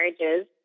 marriages